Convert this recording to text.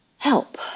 Help